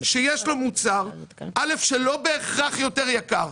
שיש פה מוצר, א', שלא בהכרח יותר יקר.